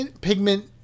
pigment